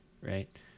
Right